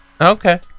Okay